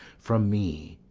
from me,